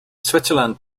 switzerland